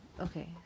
okay